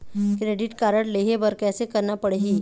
Credit card लेहे बर कैसे करना पड़ही?